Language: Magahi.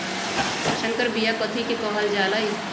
संकर बिया कथि के कहल जा लई?